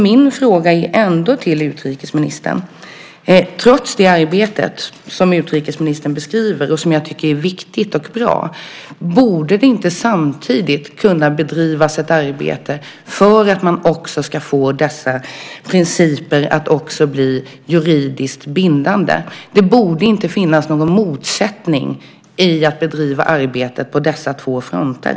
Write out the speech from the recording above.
Min fråga till utrikesministern är följande. Trots det arbete som utrikesministerns beskriver, och som jag tycker är viktigt och bra, borde det inte samtidigt kunna bedrivas ett arbete för att man ska få dessa principer att också bli juridiskt bindande? Det borde inte finnas någon motsättning i att bedriva arbetet på dessa två fronter.